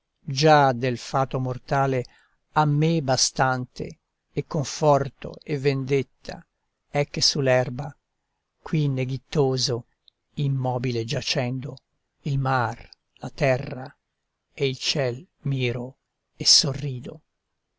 già del fato mortale a me bastante e conforto e vendetta è che su l'erba qui neghittoso immobile giacendo il mar la terra e il ciel miro e sorrido